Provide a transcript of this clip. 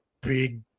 big